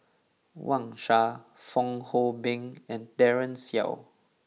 Wang Sha Fong Hoe Beng and Daren Shiau